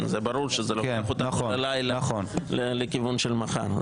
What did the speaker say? ברור שזה לוקח אותנו ללילה, לכיוון של מחר.